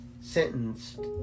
sentenced